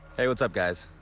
hey what's up, guys?